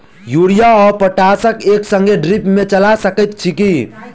Urea आ potash केँ एक संगे ड्रिप मे चला सकैत छी की?